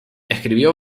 escribió